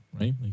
right